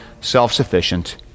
self-sufficient